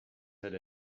had